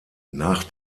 nach